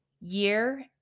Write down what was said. year